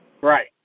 Right